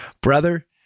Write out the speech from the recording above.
brother